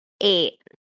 Eight